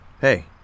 hey